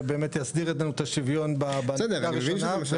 זה באמת יסדיר את השוויון בדרגה ראשונה,